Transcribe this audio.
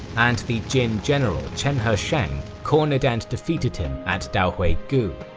and the jin general chenheshang cornered and defeated him at daohuigu.